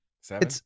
Seven